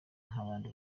nk’abandi